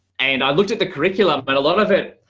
and i looked at the curriculum, but a lot of it,